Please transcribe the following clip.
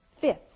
Fifth